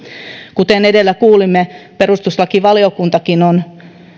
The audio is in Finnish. kuten edellä kuulimme perustuslakivaliokuntakin on